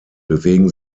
bewegen